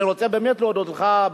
אני רוצה להודות לך,